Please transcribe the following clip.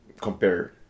Compare